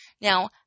Now